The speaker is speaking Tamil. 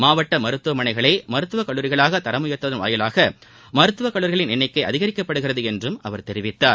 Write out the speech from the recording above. மாவட்ட மருத்துவமனைகளை மருத்துவக் கல்லூரிகளாக தரம் உயர்த்துவதன் மூலம் மருத்துவக் கல்லூரிகளின் எண்ணிக்கை அதிகரிக்கப்படுகிறது என்றும் அவர் தெரிவித்தார்